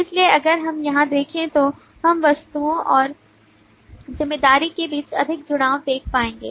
इसलिए अगर हम यहां देखें तो हम वस्तुओं और जिम्मेदारी के बीच अधिक जुड़ाव देख पाएंगे